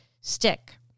stick